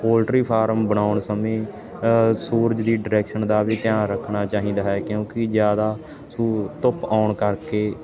poultry farm ਬਣਾਉਣ ਸਮੇਂ ਸੂਰਜ ਦੀ ਡਿਰੈਕਸ਼ਨ ਦਾ ਵੀ ਧਿਆਨ ਰੱਖਣਾ ਚਾਹੀਂਦਾ ਕਿਉਂਕੀ ਜਿਆਦਾ ਸੁ ਧੁੱਪ ਆਉਣ ਕਰਕੇ